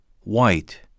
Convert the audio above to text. white